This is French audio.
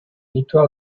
victoire